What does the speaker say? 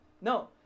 No